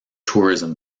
tourism